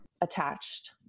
attached